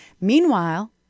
Meanwhile